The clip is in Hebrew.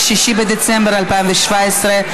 התשע"ז 2017,